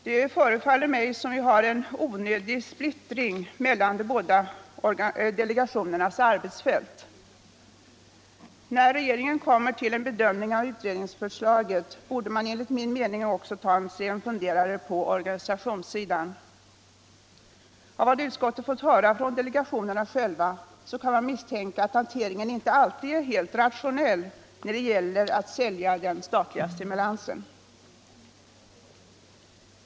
Det förefaller mig som om det råder en onödig splittring mellan de båda delegationernas arbetsfält. När regeringen skall göra en bedömning av utredningsförslaget, bör man enligt min mening också ta sig en funderare på organisationssidan. Av vad utskottet fått höra från delegationerna själva, kan man misstänka att hanteringen inte alltid är helt rationell när det gäller att sälja den statliga stimulansen.